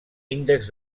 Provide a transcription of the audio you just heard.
índex